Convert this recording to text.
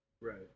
Right